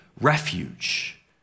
refuge